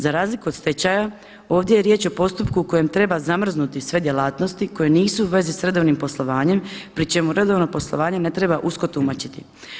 Za razliku od stečaja ovdje je riječ o postupku kojem treba zamrznuti sve djelatnosti koje nisu u vezi s redovnim poslovanjem pri čemu redovno poslovanje ne treba usko tumačiti.